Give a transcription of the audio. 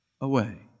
away